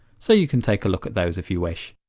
so you can take a look at those if you wish.